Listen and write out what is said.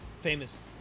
famous